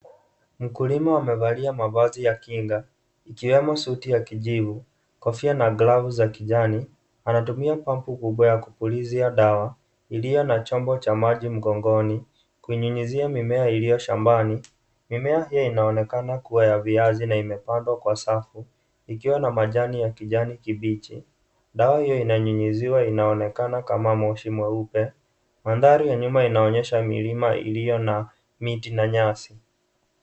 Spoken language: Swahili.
Mkulima amevalia mavazi ya kinga. Ikiwemo suti ya kijivu, kofia na glavu za kijani. Anatumia pampu kubwa ya kupulizia dawa, iliyo na chombo cha maji mgongoni. Kunyunyizie mimea iliyo shambani. Mimea pia inaonekana kuwa ya viazi na imepandwa kwa safu. Ikiwa na majani ya kijani kibichi. Dawa hiyo inanyunyiziwa inaonekana kama moshi mweupe. Mandhari ya nyuma inaonyesha milima iliyo na miti na nyasi.